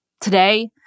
Today